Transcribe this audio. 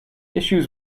issues